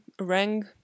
rang